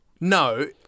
no